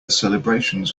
celebrations